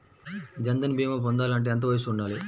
జన్ధన్ భీమా పొందాలి అంటే ఎంత వయసు ఉండాలి?